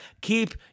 Keep